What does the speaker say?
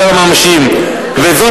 הוא אומר,